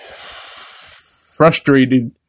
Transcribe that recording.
frustrated